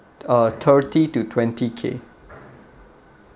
uh thirty to twenty K